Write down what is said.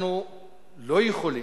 אנחנו לא יכולים,